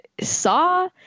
Saw